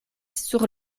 sur